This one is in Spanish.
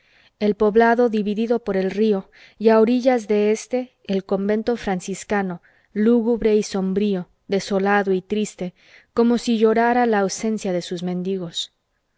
el poblado dividido por el río y a orillas de éste el convento franciscano lúgubre y sombrío desolado y triste como si llorara la ausencia de sus mendigos